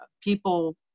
People